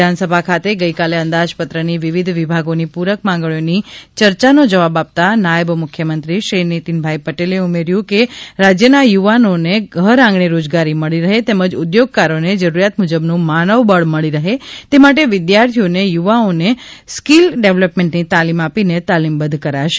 વિધાનસભા ખાતે ગઇકાલે અંદાજપત્રની વિવિધ વિભાગોની પૂરક માંગણીઓની ચર્ચાનો જવાબ આપતા નાયબ મુખ્યમંત્રી શ્રી પટેલે ઉમેર્થુ કે રાજ્યના યુવાનોને ઘરઆંગણે રોજગારી મળી રહે તેમજ ઉદ્યોગકારોને જરૂરિયાત મુજબનું માનવબળ મળી રહે એ માટે વિદ્યાર્થીઓને યુવાઓને સ્કીલ ડેવલપમેન્ટની તાલીમ આપીને તાલીમબદ્વ કરાશે